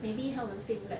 maybe 他们 same lab